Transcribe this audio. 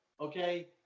okay